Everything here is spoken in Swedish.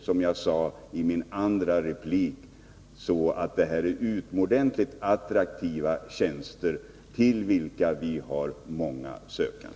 Som jag sade i min andra replik är detta fortfarande utomordentligt attraktiva tjänster till vilka vi har många sökande.